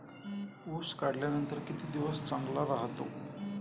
ऊस काढल्यानंतर किती दिवस चांगला राहतो?